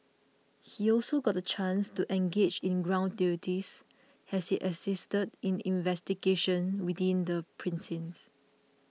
he also got the chance to engage in ground duties as he assisted in investigations within the precinct